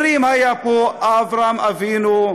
אומרים: היו פה אברהם אבינו,